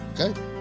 okay